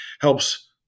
helps